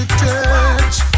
touch